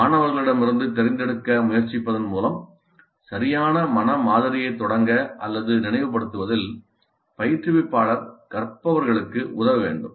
மாணவர்களிடமிருந்து தெரிந்தெடுக்க முயற்சிப்பதன் மூலம் சரியான மன மாதிரியைத் தொடங்க அல்லது நினைவுபடுத்துவதில் பயிற்றுவிப்பாளர் கற்பவர்களுக்கு உதவ வேண்டும்